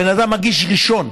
הבן אדם מגיש ראשון.